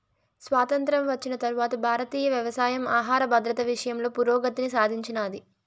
స్వాతంత్ర్యం వచ్చిన తరవాత భారతీయ వ్యవసాయం ఆహర భద్రత విషయంలో పురోగతిని సాధించినాది